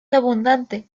abundante